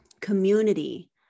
community